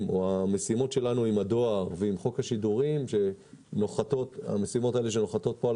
המשימות שלנו עם הדואר ועם חוק השידורים שנוחתות פה על